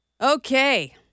Okay